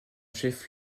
chef